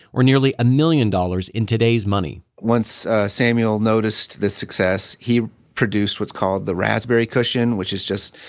or nearly a million dollars in today's money once samuel noticed the success, he produced what's called the razzberry cushion, which is just,